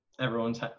everyone's